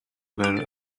well